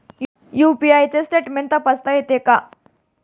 UPI चे statement तपासता येते का?